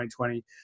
2020